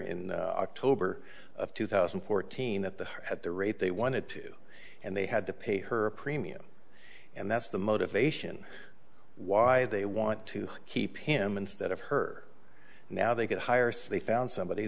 in october of two thousand and fourteen at the at the rate they wanted to and they had to pay her premium and that's the motivation why they want to keep him instead of her now they could hire so they found somebody